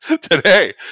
today